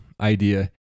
idea